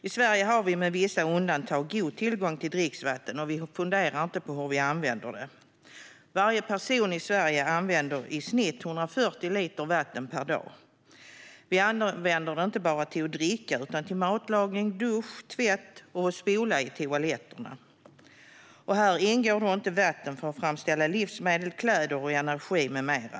I Sverige har vi med vissa undantag god tillgång till dricksvatten, och vi funderar inte på hur vi använder det. Varje person i Sverige använder i snitt 140 liter vatten per dag. Vi använder det inte bara till att dricka utan också till matlagning och till att duscha, tvätta och spola i toaletten. I det ingår inte vatten för att framställa livsmedel, kläder och energi med mera.